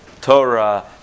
Torah